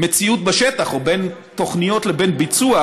מציאות בשטח, או בין תוכניות לבין ביצוע.